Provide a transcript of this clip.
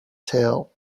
tail